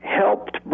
helped